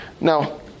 Now